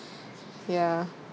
ya